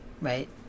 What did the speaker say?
Right